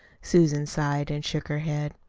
susan sighed and shook her head.